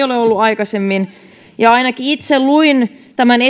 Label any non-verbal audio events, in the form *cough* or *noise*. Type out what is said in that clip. *unintelligible* ole ollut aikaisemmin ja ainakin itse luin tämän *unintelligible*